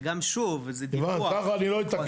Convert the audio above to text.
וגם שוב, זה דיווח.